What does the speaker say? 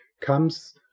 comes